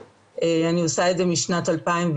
אני עושה את זה משנת 2013,